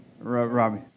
Robbie